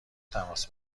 تماس